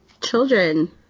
children